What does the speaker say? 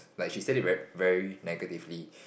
like she said it very very negatively